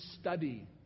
study